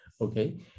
Okay